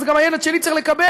אז גם הילד שלי צריך לקבל,